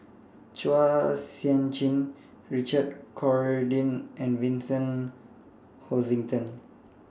Chua Sian Chin Richard Corridon and Vincent Hoisington